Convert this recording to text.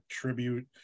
tribute